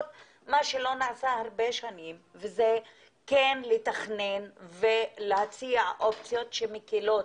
מה שלא נעשה הרבה שנים וזה לתכנן ולהציע אופציות שמקלות,